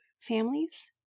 families